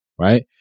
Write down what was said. Right